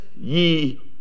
ye